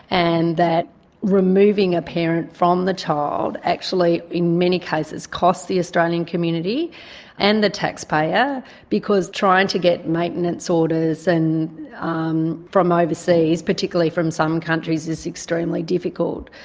and that removing a parent from the child actually in many cases costs the australian community and the taxpayer because trying to get maintenance orders and um from overseas, particularly from some countries, is extremely difficult.